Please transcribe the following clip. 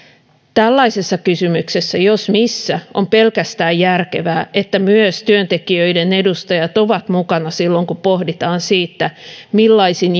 tällaisessa kysymyksessä jos missä on pelkästään järkevää että myös työntekijöiden edustajat ovat mukana silloin kun pohditaan sitä millaisin